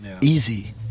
easy